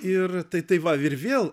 ir tai tai va ir vėl